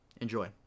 Enjoy